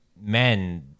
men